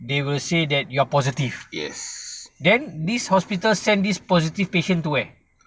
they will say that you are positive then this hospital send this positive patient to where